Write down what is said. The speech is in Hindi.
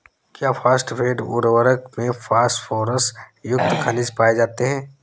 क्या फॉस्फेट उर्वरक में फास्फोरस युक्त खनिज पाए जाते हैं?